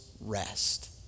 rest